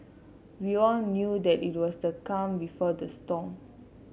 we all knew that it was the calm before the storm